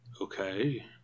Okay